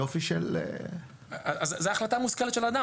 יופי של --- זו החלטה מושכלת של אדם,